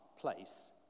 place